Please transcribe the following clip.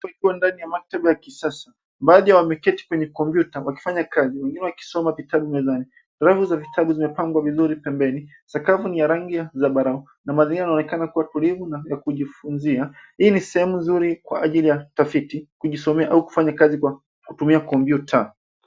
Watu wakiwa ndani ya maktaba ya kisasa. Baadhi yao wameketi kwenye kompyuta, wakifanya kazi wengine wakisoma vitabu mezani. Rafu za vitabu zimepangwa vizuri pembeni. Sakafu ni ya rangi ya zambarau na baadhi wao wanaonekana kuwa watulivu na kujifunzia. Hii ni sehemu nzuri kwa ajili ya utafiti ,kujisomea au kufanya kazi kwa kutumia kompyuta.